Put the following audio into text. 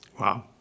Wow